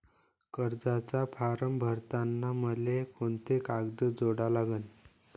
कर्जाचा फारम भरताना मले कोंते कागद जोडा लागन?